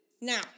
Now